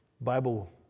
Bible